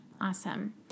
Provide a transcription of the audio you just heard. Awesome